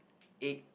egg